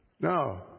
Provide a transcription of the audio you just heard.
No